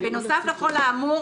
בנוסף לכל האמור,